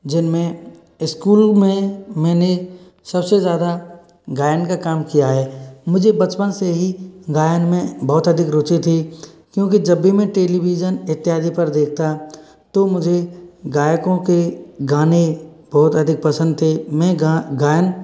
जिनमें स्कूल में मैंने सबसे ज़्यादा गायन का काम किया है मुझे बचपन से ही गायन में बहुत अधिक रुचि थी क्योंकि जब भी मैं टेलीविज़न इत्यादि पर देखता तो मुझे गायकों के गाने बहुत अधिक पसंद थे मैं गायन